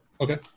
Okay